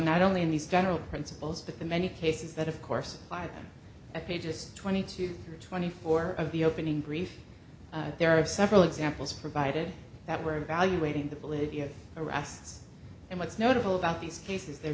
not only in these general principles but the many cases that of course by them at pages twenty two hundred twenty four of the opening brief there are several examples provided that were evaluating the validity of arrests and what's notable about these cases the